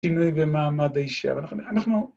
שינוי במעמד האשה. אנחנו ...